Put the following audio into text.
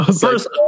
First